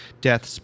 deaths